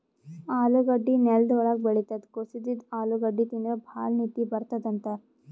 ಆಲೂಗಡ್ಡಿ ನೆಲ್ದ್ ಒಳ್ಗ್ ಬೆಳಿತದ್ ಕುದಸಿದ್ದ್ ಆಲೂಗಡ್ಡಿ ತಿಂದ್ರ್ ಭಾಳ್ ನಿದ್ದಿ ಬರ್ತದ್ ಅಂತಾರ್